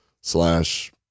slash